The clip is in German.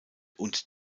und